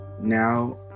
now